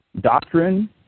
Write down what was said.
doctrine